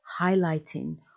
highlighting